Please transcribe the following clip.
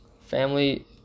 family